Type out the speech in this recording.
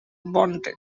bunting